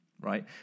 right